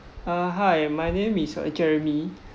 uh hi my name is uh jeremy